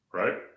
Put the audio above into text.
right